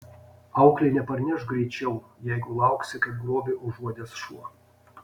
auklė neparneš greičiau jeigu lauksi kaip grobį užuodęs šuo